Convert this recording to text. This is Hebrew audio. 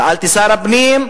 שאלתי את שר הפנים,